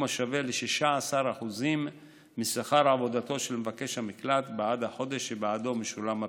השווה ל-16% משכר עבודתו של מבקש המקלט בעד החודש שבעדו משולם הפיקדון.